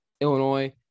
Illinois